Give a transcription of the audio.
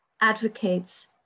advocates